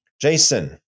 Jason